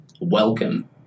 welcome